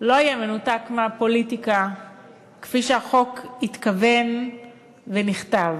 לא יהיה מנותק מהפוליטיקה כפי שהחוק התכוון ונכתב.